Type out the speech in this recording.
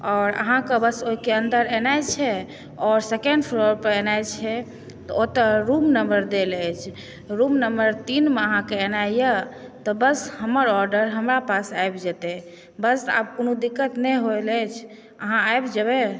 आओर अहाँकेँ बस ओहिकें अन्दर एनाइ छै आओर सेकेण्ड फ्लोर पर एनाइ छै तऽ ओतऽ रुम नम्बर देल अछि रुम नम्बर तीनमे अहाँकेॅं एनाइ यऽ तऽ बस हमर ऑर्डर हमरा पास आबि जेतै बस आब कोनो दिक्कत नहि होइ अछि अहाँ आबि जेबै